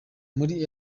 muri